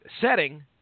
setting